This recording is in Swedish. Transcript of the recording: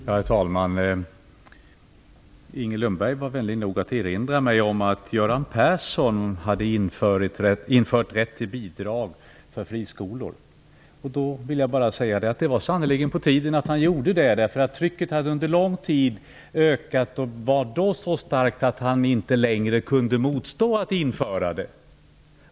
Herr talman! Inger Lundberg var vänlig nog att erinra mig om att Göran Persson hade infört rätt till bidrag för friskolor. Det var sannerligen på tiden att han gjorde det. Trycket hade nämligen under lång tid ökat och var vid den tidpunkten så starkt att han inte längre kunde motstå kravet på att införa denna rätt.